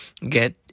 Get